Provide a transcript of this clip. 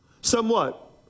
somewhat